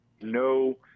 No